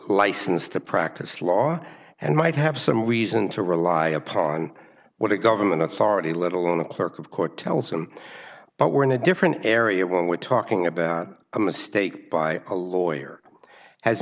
licensed to practice law and might have some reason to rely upon what it government authority little on the clerk of court tells them but we're in a different area when we're talking about a mistake by a lawyer